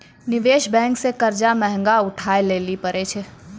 निवेश बेंक से कर्जा महगा उठाय लेली परै छै